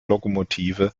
lokomotive